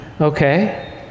Okay